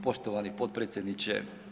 Poštovani potpredsjedniče.